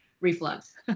reflux